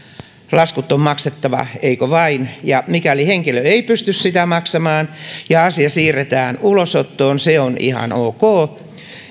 laskut on maksettava eikö vain mikäli henkilö ei pysty sitä maksamaan ja asia siirretään ulosottoon se on ihan ok